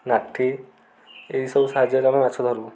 ଲାଠି ଏଇ ସବୁ ସାହାଯ୍ୟରେ ଆମେ ମାଛ ଧରୁ